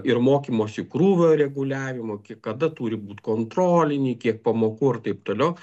ir mokymosi krūvio reguliavimo iki kada turi būt kontroliniai kiek pamokų ir taip toliau